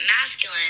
masculine